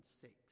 six